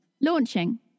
launching